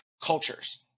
cultures